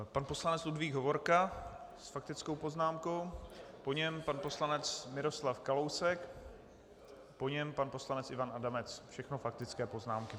Pan poslanec Ludvík Hovorka s faktickou poznámkou, po něm pan poslanec Miroslav Kalousek, po něm pan poslanec Ivan Adamec, všechno faktické poznámky.